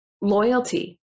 loyalty